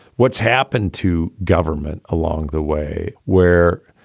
what's happened to government along the way. where.